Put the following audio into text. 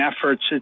efforts